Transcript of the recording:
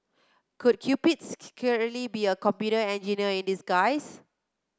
could Cupids be a computer engineer in disguise